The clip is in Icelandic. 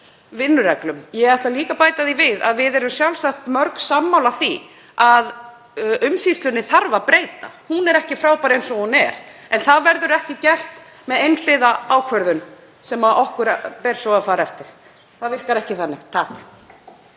vinnureglunum. Ég ætla líka að bæta því við að við erum sjálfsagt mörg sammála því að umsýslunni þarf að breyta. Hún er ekki frábær eins og hún er. En það verður ekki gert með einhliða ákvörðun sem okkur ber svo að fara eftir. Það virkar ekki þannig.